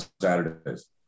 Saturdays